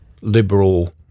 liberal